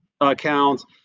accounts